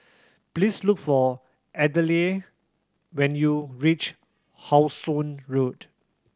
please look for Adelaide when you reach How Sun Road